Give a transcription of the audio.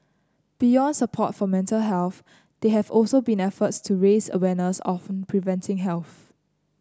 beyond support for mental health there have also been efforts to raise awareness on preventive health